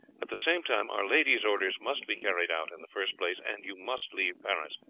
at the same time our lady's orders must be carried out in the first place, and you must leave paris.